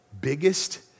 biggest